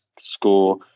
score